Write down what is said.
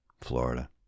Florida